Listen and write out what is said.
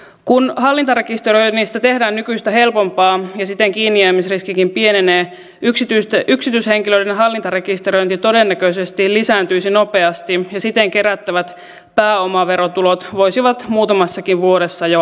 kun hallintarekisteröinnistä tehdään nykyistä helpompaa ja siten kiinnijäämisriskikin pienenee yksityishenkilöiden hallintarekisteröinti todennäköisesti lisääntyisi nopeasti ja siten kerättävät pääomaverotulot voisivat jo muutamassakin vuodessa alentua